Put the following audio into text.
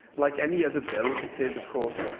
like any other bill, it is, of course,